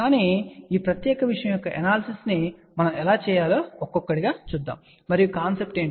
కానీ ఈ ప్రత్యేక విషయం యొక్క ఎనాలసిస్ ను మనం ఎలా చేయాలో ఒక్కొక్కటిగా చూస్తాము మరియు కాన్సెప్ట్ ఏమిటి